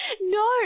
no